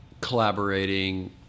collaborating